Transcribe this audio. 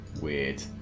Weird